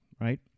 right